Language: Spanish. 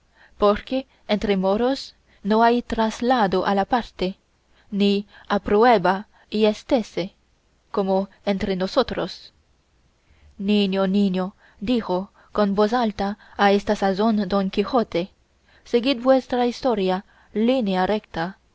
porque entre moros no hay traslado a la parte ni a prueba y estése como entre nosotros niño niño dijo con voz alta a esta sazón don quijote seguid vuestra historia línea recta